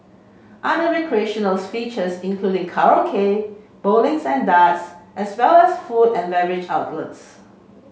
other recreational features include karaoke bowling and darts as well as food and beverage outlets